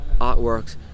artworks